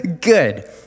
good